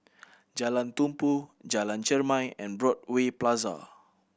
Jalan Tumpu Jalan Chermai and Broadway Plaza